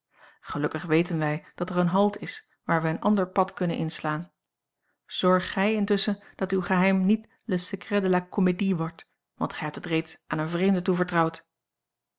gelukkig weten wij dat er een halt is waar wij een ander pad kunnen inslaan zorg gij intusschen dat uw geheim niet le secret de la comedie wordt want gij hebt het reeds aan een vreemde toevertrouwd